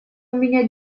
меня